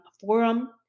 forum